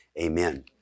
Amen